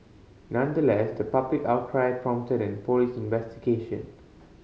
nonetheless the public outcry prompted police investigation